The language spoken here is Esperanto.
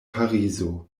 parizo